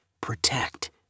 protect